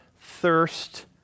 thirst